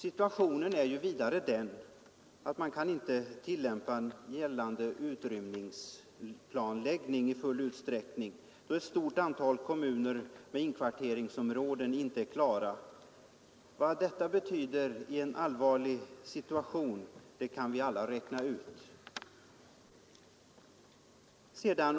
Situationen är den att man inte kan tillämpa gällande utrymmningsplanläggning i full utsträckning, då ett stort antal kommuner med inkvarteringsområden inte är klara. Vad detta betyder i en allvarlig situation kan vi alla räkna ut.